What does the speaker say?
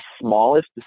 smallest